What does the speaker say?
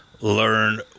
learn